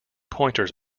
pointers